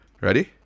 Ready